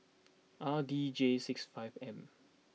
R D J six five M